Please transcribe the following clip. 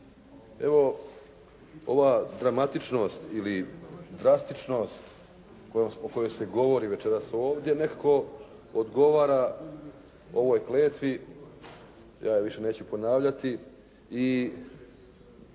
Evo, ova dramatičnost ili drastičnost o kojoj se govori večeras ovdje nekako odgovara ovoj kletvi. Ja je više neću ponavljati i